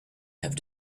have